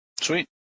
Sweet